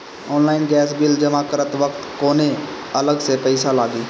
Online gas bill जमा करत वक्त कौने अलग से पईसा लागी?